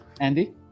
Andy